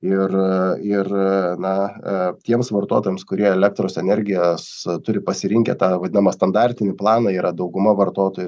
ir ir na tiems vartotojams kurie elektros energijos turi pasirinkę tą vadinamą standartinį planą yra dauguma vartotojų